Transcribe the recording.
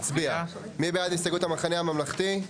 מי בעד הסתייגות המחנה הממלכתי?